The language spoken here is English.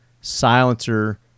silencer